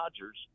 Dodgers